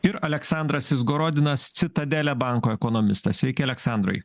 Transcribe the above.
ir aleksandras izgorodinas citadele banko ekonomistas sveiki aleksandrai